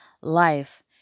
life